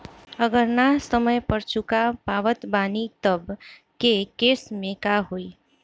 अगर ना समय पर चुका पावत बानी तब के केसमे का होई?